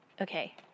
Okay